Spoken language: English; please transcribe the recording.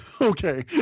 Okay